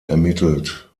ermittelt